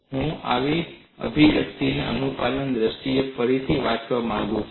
હું આ અભિવ્યક્તિને અનુપાલનની દ્રષ્ટિએ ફરીથી વાંચવા માંગુ છું